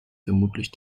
vermutlich